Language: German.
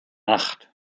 acht